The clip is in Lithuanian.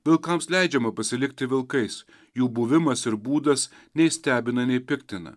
vilkams leidžiama pasilikti vilkais jų buvimas ir būdas nei stebina nei piktina